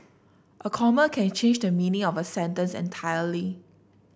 a comma can change the meaning of a sentence entirely